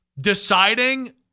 Deciding